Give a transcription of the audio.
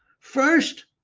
first,